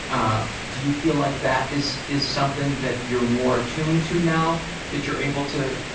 um, do you feel like that is, is something that you're more attuned to now that you're able to?